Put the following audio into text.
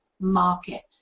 market